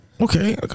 Okay